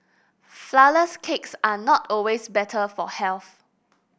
flourless cakes are not always better for health